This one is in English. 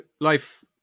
life